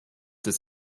des